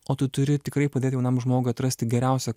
o tu turi tikrai padėt jaunam žmogui atrasti geriausią